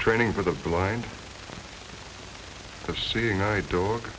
training for the blind of seeing eye dog